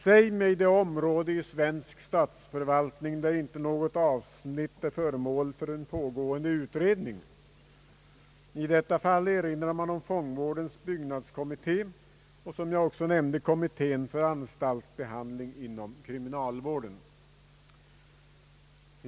Säg mig det område i svensk statsförvaltning där inte något avsnitt är föremål för en pågående utredning. I detta fall erinrar man om fångvårdens byggnadskommitté och om kommittén för anstaltsbehandling inom kriminalvården.